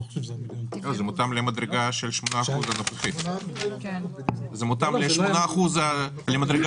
זה מותאם למדרגה הנוכחית של 8%. זאת אומרת,